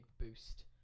boost